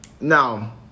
now